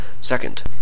Second